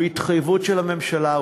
הוא התחייבות של הממשלה,